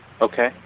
Okay